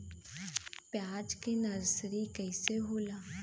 प्याज के नर्सरी कइसे होला?